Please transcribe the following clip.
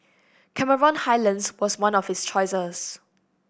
Cameron Highlands was one of his choices